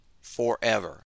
forever